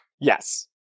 Yes